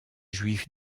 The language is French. juifs